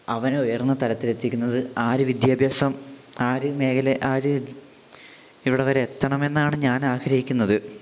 അവനുയർന്ന തലത്തിലെത്തിക്കുന്നത് ആ ഒരു വിദ്യാഭ്യാസം ആരു മേഖല ആ ഒരു ഇവിടെവരെ എത്തണമെന്നാണ് ഞാനാഗ്രഹിക്കുന്നത്